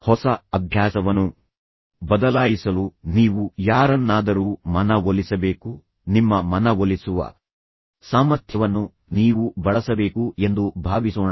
ಹೊಸ ಅಭ್ಯಾಸವನ್ನು ಬದಲಾಯಿಸಲು ನೀವು ಯಾರನ್ನಾದರೂ ಮನವೊಲಿಸಬೇಕು ನಿಮ್ಮ ಮನವೊಲಿಸುವ ಸಾಮರ್ಥ್ಯವನ್ನು ನೀವು ಬಳಸಬೇಕು ಎಂದು ಭಾವಿಸೋಣ